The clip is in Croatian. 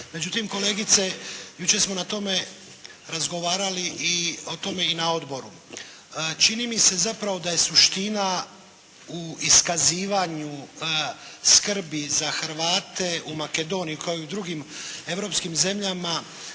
Međutim, kolegice jučer smo o tome razgovarali o tome i na odboru. Čini mi se zapravo da je suština u iskazivanju skrbi za Hrvate, u Makedoniji kao i drugim europskim zemljama.